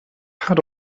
pad